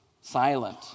silent